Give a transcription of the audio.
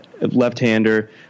left-hander